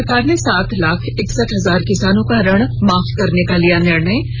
राज्य सरकार ने सात लाख एकसठ हजार किसानों का ऋण माफ करने का लिया निर्णय